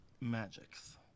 magics